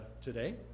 today